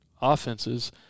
offenses